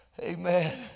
Amen